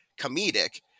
comedic